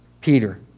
Peter